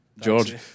George